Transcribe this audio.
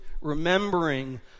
remembering